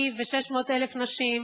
היא ו-600,000 נשים,